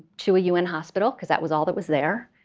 to a un hospital because that was all that was there.